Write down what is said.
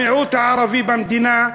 המיעוט הערבי במדינה,